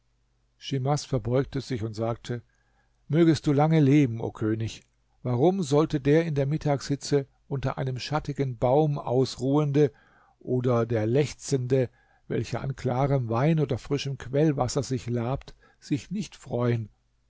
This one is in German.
schimas verbeugte sich und sagte mögest du lange leben o könig warum sollte der in der mittagshitze unter einem schattigen baum ausruhende oder der lechzende welcher an klarem wein oder frischem quellwasser sich labt sich nicht freuen